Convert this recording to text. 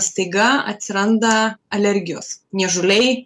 staiga atsiranda alergijos niežuliai